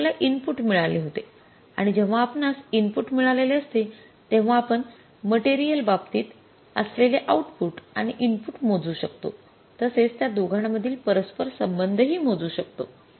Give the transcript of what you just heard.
कारण आपल्याला इनपुट मिळले होतेआणि जेव्हा आपणास इनपुट मिळालेले असते तेव्हा आपण मटेरियल बाबतीत असलेले आउटपुट आणि इनपुट मोजू शकतो तसेच त्या दोघांमधील परस्पर संबंध हि मोजू शकतो